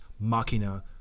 machina